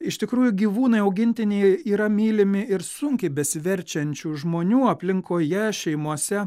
iš tikrųjų gyvūnai augintiniai yra mylimi ir sunkiai besiverčiančių žmonių aplinkoje šeimose